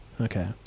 Okay